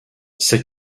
c’est